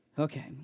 Okay